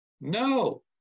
No